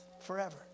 forever